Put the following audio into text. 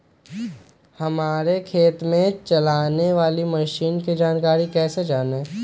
हमारे खेत में चलाने वाली मशीन की जानकारी कैसे जाने?